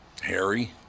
Harry